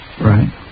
right